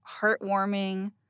heartwarming